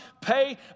pay